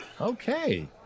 Okay